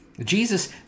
Jesus